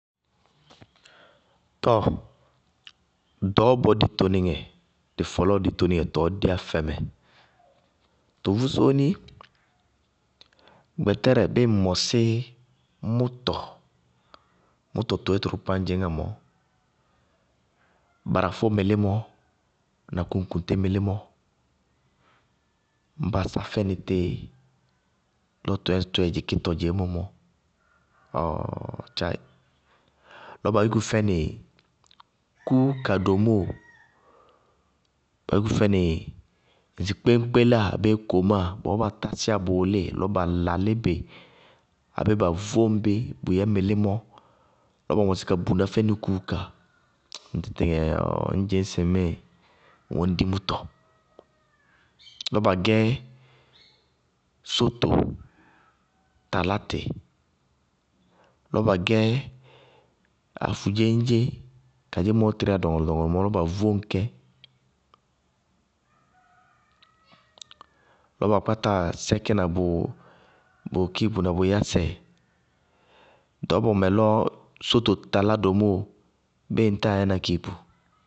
Tɔɔ, ɖɔɔbɔ ditonɩŋɛ dɩ fɔlɔɔ ditoníŋɛ tɔɔ déyá fɛmɛ, tʋ vʋ sóóni. Gbɛtɛrɛ bíɩ ŋ mɔsíɩ mʋtɔ, mʋtɔ toé tʋrʋkpákpá ñ dzɩŋná mɔɔ, barafó mɩlímɔ na kuŋkuŋté mɩlímɔ ñŋ ba sá fɛnɩ tí lɔ yɛ ŋsɩ tʋ yɛ dzɩkítɔ dzeémɔ mɔ ɔɔɔɔ tcháɩ! Lɔ ba yúku fɛnɩí kúúka domóo, lɔ ba yúku fɛnɩí ŋsɩ kpéñkpéláa abéé komáa bɔɔ bá tásíyá lɔ bʋ wʋlíɩ lɔ ba lalí bɩ abéé ba vóŋ bí bʋ yɛ mɩlímɔ lɔ ba mɔsí ka buná fɛnɩ kúúka, ŋtɩtɩŋɛ ɔɔɔɔ ŋñ dzɩñ sɩ ŋ wɛ ŋñ dí mʋtɔ. Lɔ ba gɛ sóto talá tɩ, lɔ ba gɛ afudzéñdzé kadzémɔ tɩrí ɖɔŋɔlɔ-ɖɔŋɔlɔ mɔɔ lɔ ba vóŋ kɛ, lɔ ba kpáta sɛkína bʋ kiipu na bʋ yásɛ. ɖɔɔbɔ mɛ, lɔ sóto talá domóo, béé ŋñ táa yɛna kiipu?